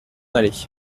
aller